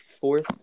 fourth